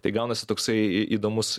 tai gaunasi toksai įdomus